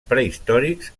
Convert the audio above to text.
prehistòrics